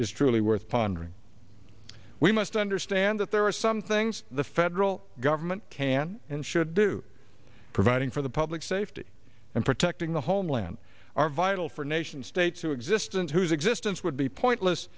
is truly worth pondering we must understand that there are some things the federal government can and should do providing for the public safety and protecting the homeland are vital for nation states who exist and whose existence would be pointless